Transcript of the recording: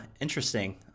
interesting